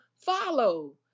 follow